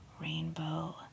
rainbow